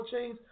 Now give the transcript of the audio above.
chains